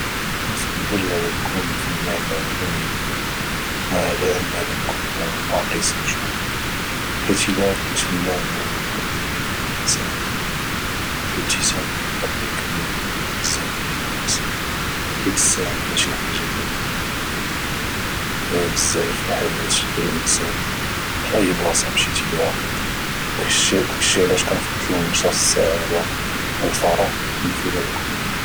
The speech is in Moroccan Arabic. كنفضل نكون فنان كوميدي على انني نكون راقص مشهور حيت الى كنت فنان كوميدي نقدر نساهم في الابتسامة والضحك ديال بزاف ديال الناس حيت السعادة شي حاجة اللي هي ههمة بزاف في الحياة ديال الانسان في اي بلاصة مشيتي لها داكشي علاش كنفضل نشر السعادة والفرح من خلال الكوميديا